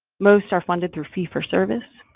most are funded through fee for service,